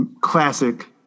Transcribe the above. classic